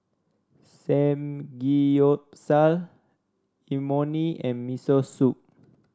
Samgyeopsal Imoni and Miso Soup